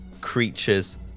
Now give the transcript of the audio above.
creature's